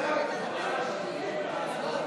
מסי העירייה ומסי הממשלה (פטורין)